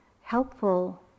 helpful